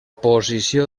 posició